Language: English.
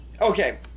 okay